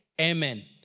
Amen